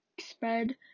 spread